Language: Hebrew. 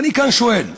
ואני כאן שואל: